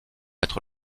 être